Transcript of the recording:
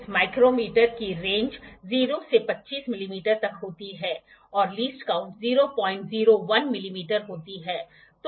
इस माइक्रोमीटर की रेंज 0 से 25 मिमी तक होती है और लीस्ट काउंट 001 मिमी होती है